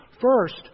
First